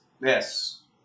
Yes